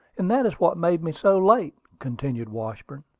and that is what made me so late, continued washburn.